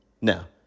now